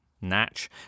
Natch